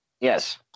yes